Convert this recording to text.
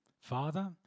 Father